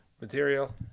material